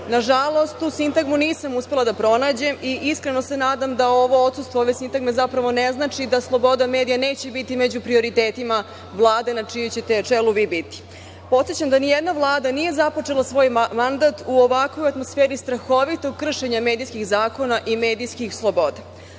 Nažalost, tu sintagmu nisam uspela da pronađem i iskreno se nadam da odsustvo ove sintagme ne znači da sloboda medija neće biti među prioritetima Vlade na čijem ćete čelu vi biti. Podsećam da nijedna Vlada nije započela svoja mandat u ovakvoj atmosferi strahovitog kršenja medijskih zakona i medijskih sloboda.U